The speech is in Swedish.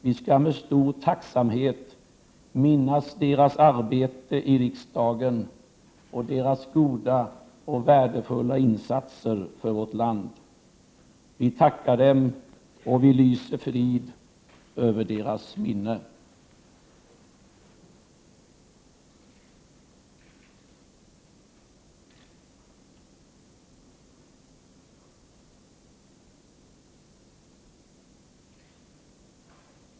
Vi skall med stor tacksamhet minnas deras arbete i riksdagen och deras goda och värdefulla insatser för vårt land.